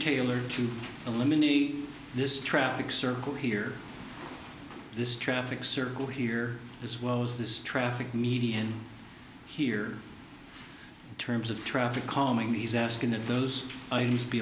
taylor to eliminate this traffic circle here this traffic circle here as well as this traffic median here in terms of traffic calming he's asking that those